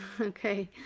Okay